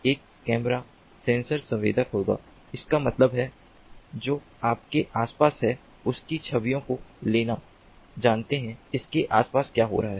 एक camera sensor संवेदन होगा इसका मतलब है जो आपके आस पास है उसकी छवियों को लेना जानते है इसके आसपास क्या हो रहा है